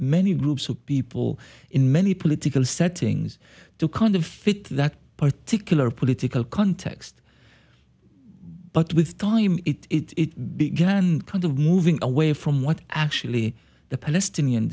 many groups of people in many political settings to kind of fit that particular political context but with time it began kind of moving away from what actually the palestinian